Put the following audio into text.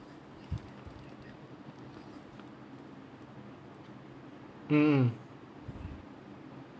mm